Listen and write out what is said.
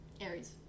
Aries